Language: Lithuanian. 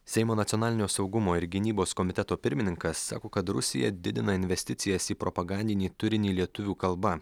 seimo nacionalinio saugumo ir gynybos komiteto pirmininkas sako kad rusija didina investicijas į propagandinį turinį lietuvių kalba